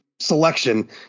selection